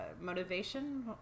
motivation